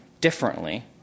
differently